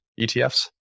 ETFs